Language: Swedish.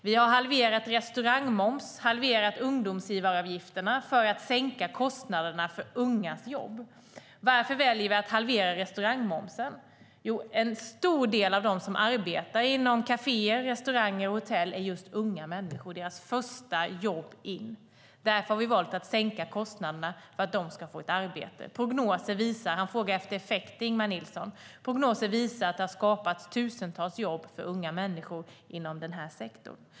Vi har halverat restaurangmomsen och halverat arbetsgivaravgifterna för ungdomar för att sänka kostnaderna för ungas jobb. Varför väljer vi att halvera restaurangmomsen? Jo, en stor del av dem som arbetar inom kaféer, restauranger och hotell är just unga människor. Det är deras första jobb in. Vi har valt att sänka kostnaderna för att de ska få ett arbete. Ingemar Nilsson frågar efter effekter. Prognoser visar att det har skapats tusentals jobb för unga människor inom den här sektorn.